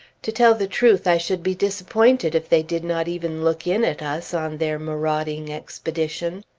to tell the truth, i should be disappointed if they did not even look in at us, on their marauding expedition.